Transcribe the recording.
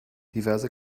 diverse